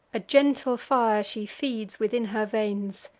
a gentle fire she feeds within her veins,